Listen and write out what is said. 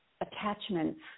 attachments